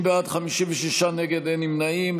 30 בעד, 56 נגד, אין נמנעים.